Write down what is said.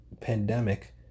pandemic